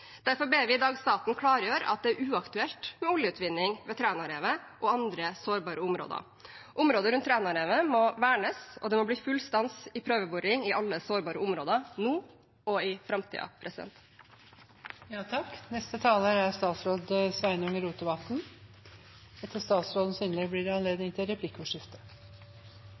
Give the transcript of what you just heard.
Derfor ber vi i dag staten klargjøre at det er uaktuelt med oljeutvinning ved Trænarevet og andre sårbare områder. Området rundt Trænarevet må vernes, og det må bli full stans i prøveboring i alle sårbare områder, nå og i framtida. Regjeringa la for få dagar sidan fram forvaltningsplanane for dei norske havområda. Forvaltningsplanane er